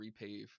repave